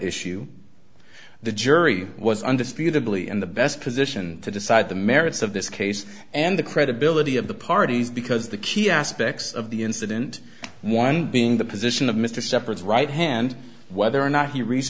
issue the jury was understandably in the best position to decide the merits of this case and the credibility of the parties because the key aspects of the incident one being the position of mr separate right hand whether or not